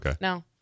No